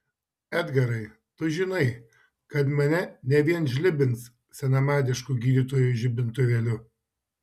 edgarai tu žinai kad mane ne vien žlibins senamadišku gydytojų žibintuvėliu